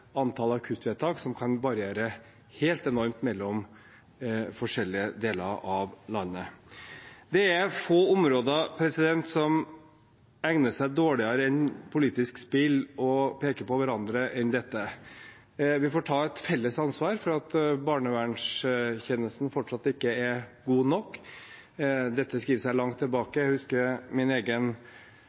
antall akuttvedtak, som kan variere helt enormt mellom forskjellige deler av landet. Det er få områder som egner seg dårligere for politisk spill og å peke på hverandre enn dette. Vi får ta et felles ansvar for at barnevernstjenesten fortsatt ikke er god nok. Dette skriver seg langt tilbake. Jeg husker min egen